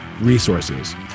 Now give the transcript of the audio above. resources